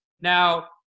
Now